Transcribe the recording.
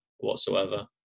whatsoever